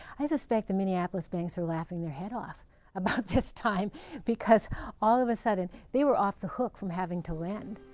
i suspect the minneapolis banks were laughing their head off about this time because all of a sudden they were off the hook from having to lend.